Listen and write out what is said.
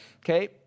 okay